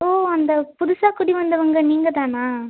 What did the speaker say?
ஓ அந்த புதுசாக குடி வந்தவங்க நீங்கள் தானா